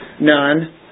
None